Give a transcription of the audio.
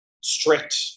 strict